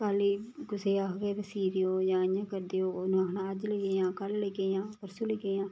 कल गी कुसै आखगे कि सी देओ जां इ'यां करदे ओह् उनें आखना अज्ज देगे कल देगे जां परसूं लेई जायां